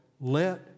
let